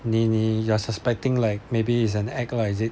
你你 you're suspecting like maybe is an act lah is it